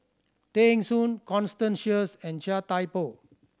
Tay Soon Constance Sheares and Chia Thye Poh